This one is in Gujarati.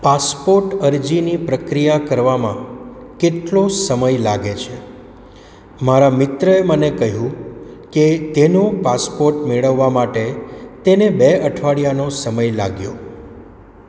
પાસપોર્ટ અરજીની પ્રક્રિયા કરવામાં કેટલો સમય લાગે છે મારા મિત્રએ મને કહ્યું કે તેનો પાસપોર્ટ મેળવવા માટે તેને બે અઠવાડિયાનો સમય લાગ્યો